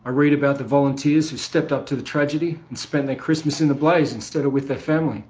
ah read about the volunteerswho stepped up to the tragedyand and spent their christmas in the blazeinstead of with their familyi